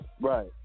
Right